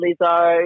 Lizzo